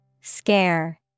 Scare